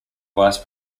vice